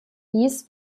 dies